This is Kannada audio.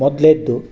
ಮೊದ್ಲ್ನೇದ್ದು